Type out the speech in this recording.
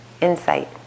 Insight